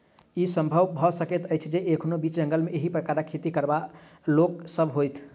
ई संभव भ सकैत अछि जे एखनो बीच जंगल मे एहि प्रकारक खेती करयबाला लोक सभ होथि